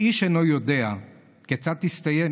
כשאיש אינו יודע כיצד תסתיים,